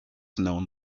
known